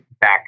back